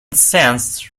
sense